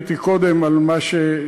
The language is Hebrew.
עניתי קודם על מה שנשאלתי.